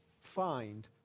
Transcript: find